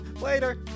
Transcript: Later